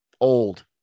old